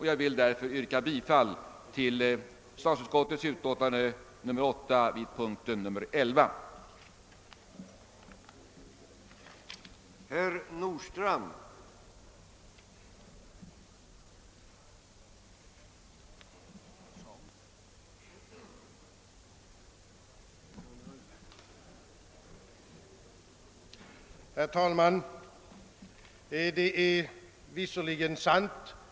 Jag ber att få yrka bifall till den vid punkten 11 i statsutskottets utlåtande nr 8 fogade reservationen 1.